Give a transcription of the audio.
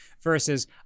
versus